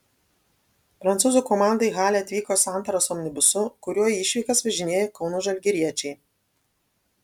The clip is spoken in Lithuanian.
prancūzų komanda į halę atvyko santaros omnibusu kuriuo į išvykas važinėja kauno žalgiriečiai